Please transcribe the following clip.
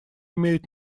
имеют